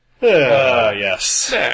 yes